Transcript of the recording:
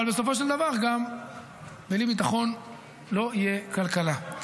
אבל בסופו של דבר גם בלי ביטחון לא תהיה כלכלה.